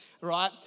right